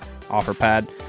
OfferPad